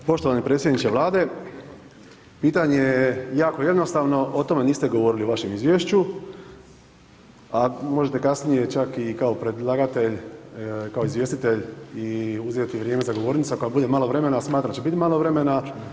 Poštovani predsjedniče vlade, pitanje je jako jednostavno, o tome niste govorili u vašem izvješću, a možete kasnije čak i kao predlagatelj, kao izvjestitelj i uzeti vrijeme za govornicom ako vam bude malo vremena, smatram da će biti malo vremena.